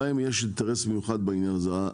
למשרד הביטחון יש אינטרס מיוחד בעניין הזה,